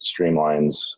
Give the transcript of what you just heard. streamlines